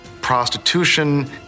prostitution